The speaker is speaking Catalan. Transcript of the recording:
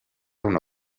una